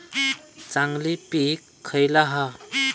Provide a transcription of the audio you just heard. चांगली पीक खयला हा?